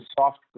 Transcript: soft